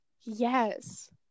Yes